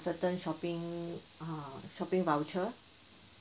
certain shopping uh shopping voucher